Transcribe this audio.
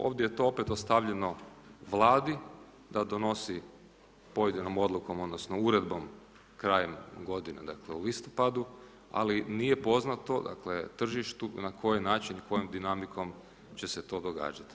Ovdje je to opet ostavljeno vladi da donosi pojedinom odlukom, odnosno uredbom krajem godine, dakle u listopadu, ali nije poznato tržištu na koji način i kojom dinamikom će se to događati.